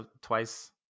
twice